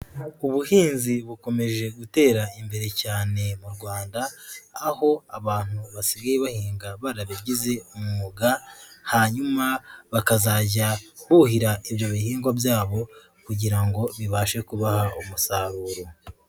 Ubuhinzi bukomeje gutera imbere cyane mu Rwanda, aho abantu basigaye bahinga barabigize umwuga, hanyuma bakazajya buhira ibyo bihingwa byabo kugira ngo bibashe kubaha umusaruro.